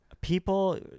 People